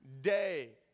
day